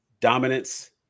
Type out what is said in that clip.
dominance